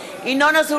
(קוראת בשמות חברי הכנסת) ינון אזולאי,